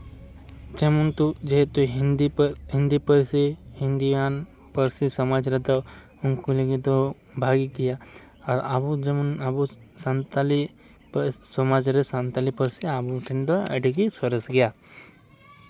ᱡᱮᱢᱚᱱᱛᱩ ᱡᱮᱦᱮᱛᱩ ᱦᱤᱱᱫᱤ ᱦᱤᱱᱫᱤ ᱯᱟᱹᱨᱥᱤ ᱤᱱᱰᱤᱭᱟᱱ ᱯᱟᱹᱨᱥᱤ ᱥᱚᱢᱟᱡᱽ ᱨᱮᱫᱚ ᱩᱱᱠᱩ ᱞᱟᱹᱜᱤᱫ ᱫᱚ ᱵᱷᱟᱜᱮ ᱜᱮᱭᱟ ᱟᱨ ᱟᱵᱚ ᱡᱮᱢᱚᱱ ᱟᱵᱚ ᱥᱟᱱᱛᱟᱞᱤ ᱯᱟᱹᱨᱥᱤ ᱥᱚᱢᱟᱡᱽ ᱨᱮᱫᱚ ᱥᱟᱱᱛᱟᱞᱤ ᱯᱟᱹᱨᱥᱤ ᱟᱵᱚ ᱴᱷᱮᱱ ᱫᱚ ᱟᱹᱰᱤ ᱜᱮ ᱥᱚᱨᱮᱥ ᱜᱮᱭᱟ